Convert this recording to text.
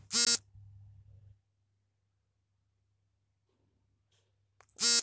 ನೈಸರ್ಗಿಕವಾಗಿ ಪಡೆದ ಕೀಟನಾಶಕನ ಸಾವಯವ ಫಾರ್ಮ್ಗಳಲ್ಲಿ ಬಳಸಲು ಅನುಮತಿಸಲಾಗೋದಿಲ್ಲ